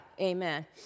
Amen